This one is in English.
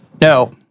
no